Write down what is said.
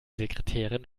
sekretärin